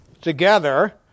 together